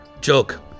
joke